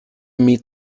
meet